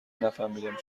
نفهمیدیم